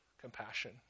compassion